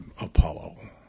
Apollo